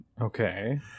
Okay